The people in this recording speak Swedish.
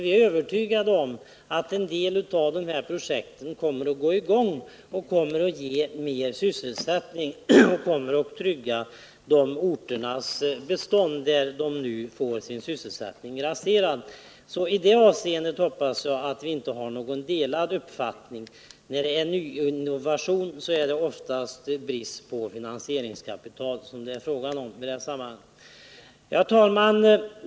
Vi är övertygade om att en del av dessa projekt kommer att sättas i gång, ge sysselsättning och trygga dessa orters bestånd, när människorna får sin sysselsättning raserad. I detta avseende hoppas jag att vi inte har delade uppfattningar. Vid innovation är det oftast brist på finansieringskapital som det är fråga om. Herr talman!